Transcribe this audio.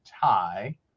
tie